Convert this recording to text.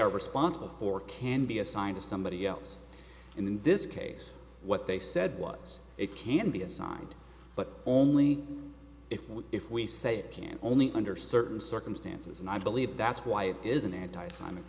are responsible for can be assigned to somebody else in this case what they said was it can be assigned but only if we if we say it can only under certain circumstances and i believe that's why it isn't anti s